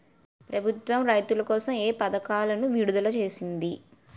ప్రభుత్వం రైతుల కోసం ఏ పథకాలను విడుదల చేసింది?